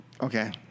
Okay